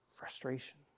frustration